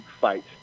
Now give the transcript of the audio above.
fight